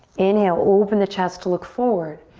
inhale, open the chest, look forward.